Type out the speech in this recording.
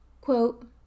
Quote